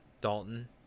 dalton